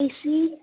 A C